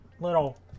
little